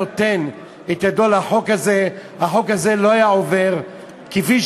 הבאתי את הצעת החוק הזאת כמה פעמים.